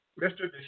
Mr